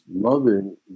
loving